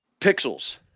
Pixels